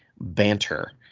banter